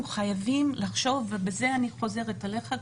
אנחנו חייבים לחשוב ובזה אני חוזרת אליך,